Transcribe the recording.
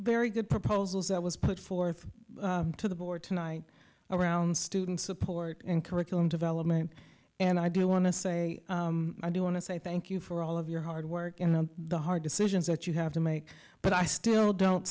very good proposals that was put forth to the board tonight around student support and curriculum development and i do want to say i do want to say thank you for all of your hard work and on the hard decisions that you have to make but i still don't